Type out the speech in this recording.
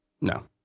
No